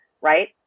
right